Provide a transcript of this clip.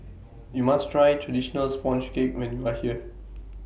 YOU must Try Traditional Sponge Cake when YOU Are here